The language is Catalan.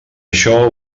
això